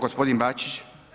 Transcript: Gospodin Bačić.